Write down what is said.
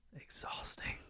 exhausting